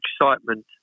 excitement